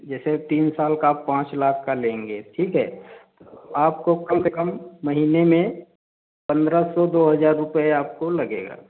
जैसे अब तीन साल का पाँच लाख का लेंगें ठीक है आपको कम से कम महीनें में पन्द्रह सौ दो हज़ार रुपये आपको लगेगा